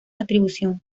atribución